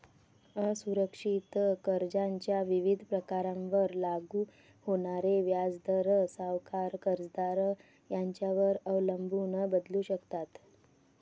असुरक्षित कर्जाच्या विविध प्रकारांवर लागू होणारे व्याजदर सावकार, कर्जदार यांच्यावर अवलंबून बदलू शकतात